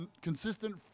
consistent